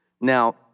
Now